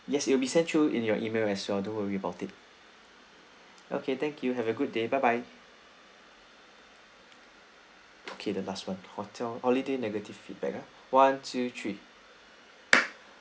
yes it will be sent you in your email as well don't worry about it okay thank you have a good day bye bye okay the last [one] hotel holiday negative feedback ah one two three